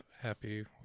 happy